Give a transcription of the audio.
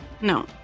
No